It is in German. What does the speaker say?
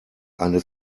eine